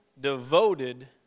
devoted